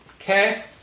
Okay